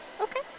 Okay